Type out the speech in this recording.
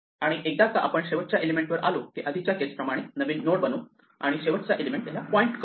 आणि एकदा का आपण शेवटच्या एलिमेंटवर आलो की आधीच्या केस प्रमाणे नवीन नोड बनवू आणि शेवटचा एलिमेंट याला पॉईंट करू